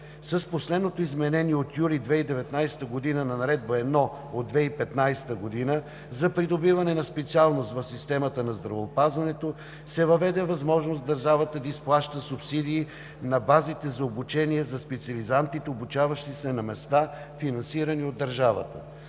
С последното изменение от месец юли 2019 г. на Наредба № 1 от 2015 г. за придобиване на специалност в системата на здравеопазването се въведе възможност държавата да изплаща субсидии на базите за обучение за специализантите, обучаващи се на места, финансирани от държавата.